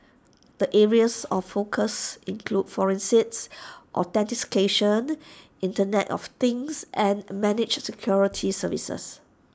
the areas of focus include forensics authentication Internet of things and managed security services